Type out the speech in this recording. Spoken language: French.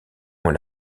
ont